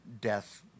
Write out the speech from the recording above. death